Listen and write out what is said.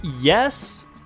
yes